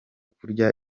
kurya